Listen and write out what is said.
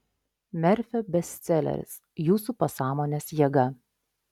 merfio bestseleris jūsų pasąmonės jėga